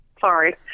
sorry